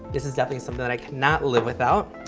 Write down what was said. this is definitely something that i cannot live without.